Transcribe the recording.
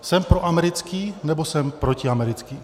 Jsem proamerický, nebo jsem protiamerický?